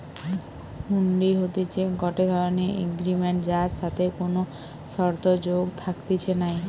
হুন্ডি হতিছে গটে ধরণের এগ্রিমেন্ট যার সাথে কোনো শর্ত যোগ থাকতিছে নাই